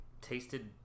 tasted